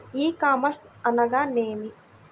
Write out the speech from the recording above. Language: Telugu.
ఈ కామర్స్ అనగానేమి?